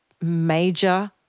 major